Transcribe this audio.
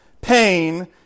pain